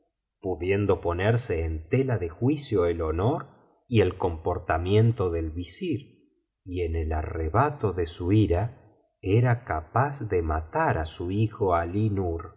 pudiendo ponerse en tela de juicio el honor y el comportamiento del visir y en el arrebato de su ira era capaz de matar á su hijo